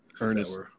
Ernest